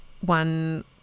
one